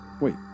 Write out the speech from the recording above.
Wait